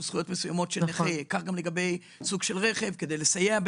זכויות מסוימות של נכה וזכויות לרכב שיסייע בידו.